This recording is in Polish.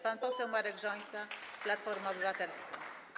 Pan poseł Marek Rząsa, Platforma Obywatelska.